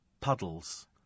puddles